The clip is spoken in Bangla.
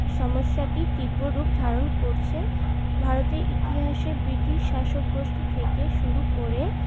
সমস্যাটি তীব্ররূপ ধারণ করছে ভারতের ইতিহাসে ব্রিটিশ শাসকগোষ্ঠী থেকে শুরু করে